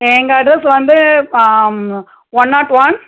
எங்கள் அட்ரெஸ் வந்து one naught one